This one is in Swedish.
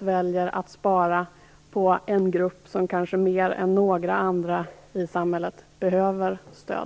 väljer att spara på en grupp som kanske mer än några andra i samhället behöver stöd.